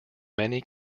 many